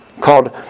called